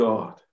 God